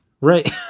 Right